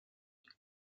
tres